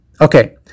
Okay